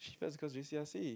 that's because you C_R_C